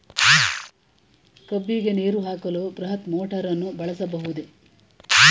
ಕಬ್ಬಿಗೆ ನೀರು ಹಾಕಲು ಬೃಹತ್ ಮೋಟಾರನ್ನು ಬಳಸಬಹುದೇ?